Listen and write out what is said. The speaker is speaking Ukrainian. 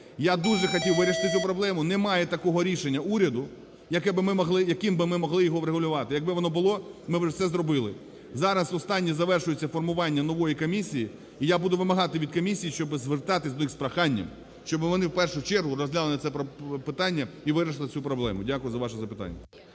Я дуже хотів вирішити цю проблему. Немає такого рішення уряду, яким би ми могли його врегулювати. Якби воно було, ми б це зробили. Зараз останнє, завершується формування нової комісії. І я буду вимагати від комісії, щоб… звертатись до них з проханням, щоб вони в першу чергу розглянули це питання і вирішили цю проблему. Дякую за ваше запитання.